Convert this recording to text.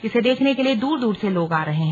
इसे देखने के लिए दूर दूर से लोग आ रहे हैं